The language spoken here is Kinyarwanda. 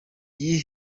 bene